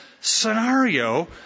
scenario